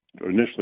Initially